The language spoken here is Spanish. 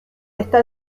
está